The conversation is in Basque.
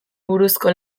buruzko